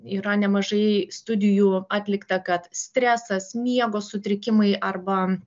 yra nemažai studijų atlikta kad stresas miego sutrikimai arba